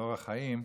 ואור החיים,